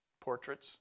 portraits